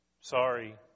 Sorry